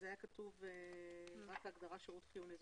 הייתה כתובה רק הגדרת שירות חיוני.